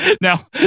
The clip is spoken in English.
Now